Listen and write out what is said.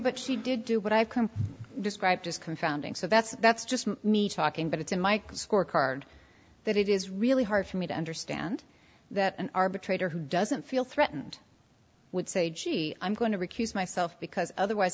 but she did do what i described as confounding so that's that's just me talking but it's in my scorecard that it is really hard for me to understand that an arbitrator who doesn't feel threatened would say gee i'm going to recuse myself because otherwise